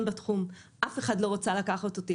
בתחום ולכן אף אחד לא רצה לקחת אותי,